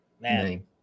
name